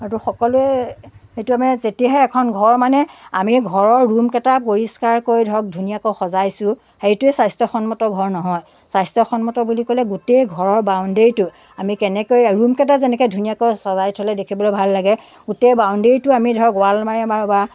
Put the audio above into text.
সেইটো সকলোৱে সেইটো আমি যেতিয়াহে এখন ঘৰ মানে আমি ঘৰৰ ৰুমকেইটা পৰিষ্কাৰ কৰি ধৰক ধুনীয়াকৈ সজাইছোঁ সেইটোৱে স্বাস্থ্য়সন্মত ঘৰ নহয় স্বাস্থ্য়সন্মত বুলি ক'লে গোটেই ঘৰৰ বাউণ্ডেৰীটো আমি কেনেকৈ ৰুমকেইটা যেনেকৈ ধুনীয়াকৈ সজাই থ'লে দেখিবলৈ ভাল লাগে গোটেই বাউণ্ডেৰীটো আমি ধৰক ৱাল মাৰি বা